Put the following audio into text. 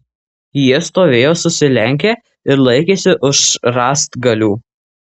jie stovėjo susilenkę ir laikėsi už rąstgalių